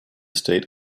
state